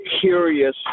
curious